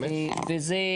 וזה,